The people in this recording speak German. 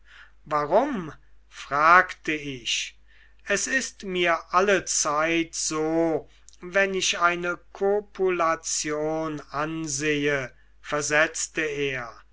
warum fragte ich es ist mir allezeit so wenn ich eine kopulation ansehe versetzte er